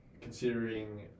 considering